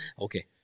Okay